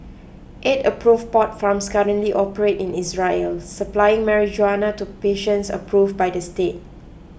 eight approve pot farms currently operate in Israel supplying marijuana to patients approve by the state